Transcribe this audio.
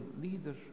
leader